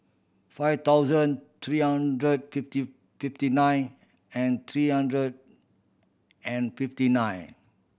five thousand three hundred fifty fifty nine and three hundred and fifty nine